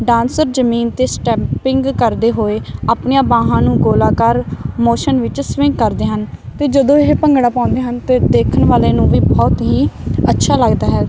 dancer ਜਮੀਨ ਤੇ stamping ਕਰਦੇ ਹੋਏ ਆਪਣੀਆਂ ਬਾਹਾਂ ਨੂੰ ਗੋਲਾ ਕਾਰ ਮੋਸ਼ਨ ਵਿੱਚ ਸਵਿੰਗ ਕਰਦੇ ਹਨ ਤੇ ਜਦੋਂ ਇਹ ਭੰਗੜਾ ਪਾਉਂਦੇ ਹਨ ਤੇ ਦੇਖਣ ਵਾਲੇ ਨੂੰ ਵੀ ਬਹੁਤ ਹੀ ਅੱਛਾ ਲੱਗਦਾ ਹੈ